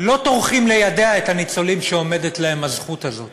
לא טורחים ליידע את הניצולים שעומדת להם הזכות הזאת.